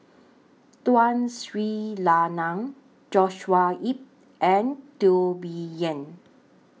Tun Sri Lanang Joshua Ip and Teo Bee Yen